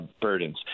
burdens